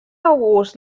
august